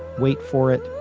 wait for it.